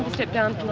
step down